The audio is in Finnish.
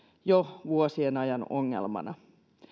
jo vuosien ajan ongelmana